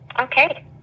Okay